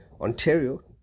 Ontario